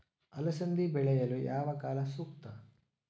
ಅಲಸಂದಿ ಬೆಳೆಯಲು ಯಾವ ಕಾಲ ಸೂಕ್ತ?